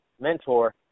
mentor